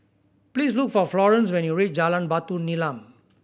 please look for Florence when you reach Jalan Batu Nilam